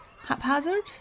haphazard